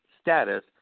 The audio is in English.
status